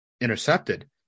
Intercepted